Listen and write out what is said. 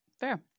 fair